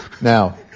Now